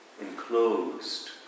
enclosed